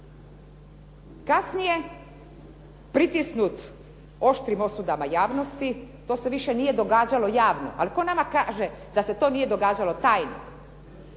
Kasnije pritisnut oštrim osudama javnosti to se više nije događalo javno ali tko nama kaže da se to nije događalo tajno,